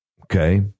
Okay